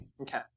Okay